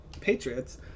Patriots